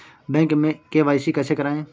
Bank में KYC कैसे करायें?